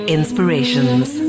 Inspirations